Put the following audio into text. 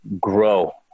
grow